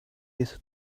with